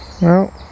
no